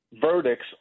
verdicts